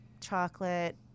chocolate